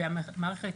המערכת,